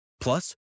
Plus